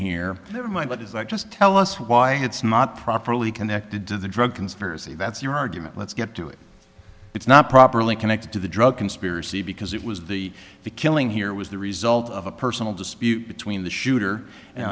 here never mind what is i just tell us why it's not properly connected to the drug conspiracy that's your argument let's get to it it's not properly connected to the drug conspiracy because it was the the killing here was the result of a personal dispute between the shooter and